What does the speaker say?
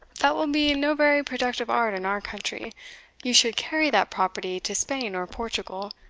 that will be no very productive art in our country you should carry that property to spain or portugal,